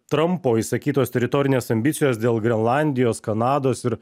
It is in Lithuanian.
trampo išsakytos teritorinės ambicijos dėl grenlandijos kanados ir